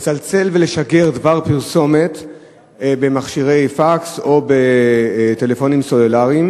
לצלצל ולשגר דבר פרסומת במכשירי פקס או בטלפונים סלולריים.